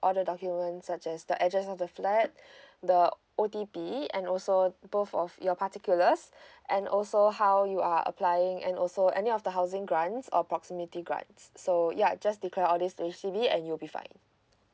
all the documents such as the address of the flat the O T P and also both of your particulars and also how you are applying and also any of the housing grants or proximity grants so ya just declare all these to H_D_B and you'll be fine